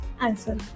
answer